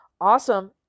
Awesome